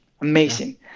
amazing